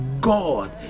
God